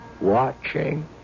watching